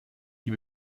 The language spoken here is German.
die